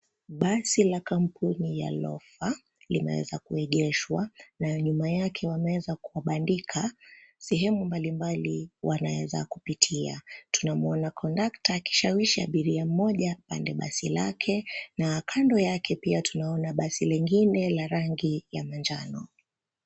Basi la kampuni ya Lopha nimeweza kuegeshwa na nyuma yake wameweza kupandika sehemu mbalimbali wanaeza kupitia, tunamwona kondakta akishawishi abiria mmoja apande basi lake, na kando yake pia tunaona basi lingine la rangi ya manjano.